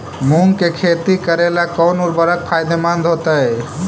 मुंग के खेती करेला कौन उर्वरक फायदेमंद होतइ?